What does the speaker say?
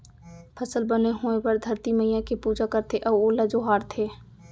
फसल बने होए बर धरती मईया के पूजा करथे अउ ओला जोहारथे